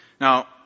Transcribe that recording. Now